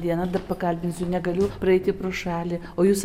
dieną dar pakalbinsiu negaliu praeiti pro šalį o jūs